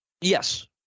Yes